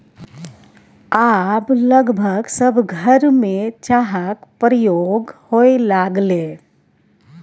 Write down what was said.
आब लगभग सभ घरमे चाहक प्रयोग होए लागलै